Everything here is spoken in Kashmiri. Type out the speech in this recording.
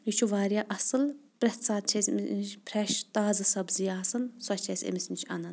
یہِ چھُ واریاہ اصل پرٛٮ۪تھ ساتہِ چھِ أسۍ أمِس نِش فریش تازٕ سبٕزی آسان سۄ چھِ أسۍ أمِس نِش انان